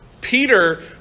Peter